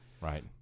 Right